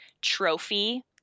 trophy